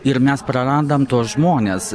ir mes prarandam tuos žmones